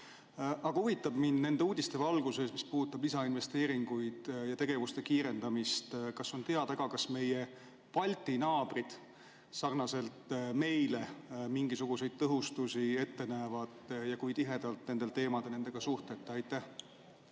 Aga huvitab mind nende uudiste valguses, mis puudutavad lisainvesteeringuid ja tegevuste kiirendamist, see, kas on teada, kas meie Balti naabrid sarnaselt meiega mingisuguseid tõhustusi ette näevad ja kui tihedalt te nendel teemadel nendega suhtlete. Hea